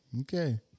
okay